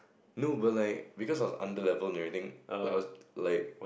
no but like because I was under level and everything like I was like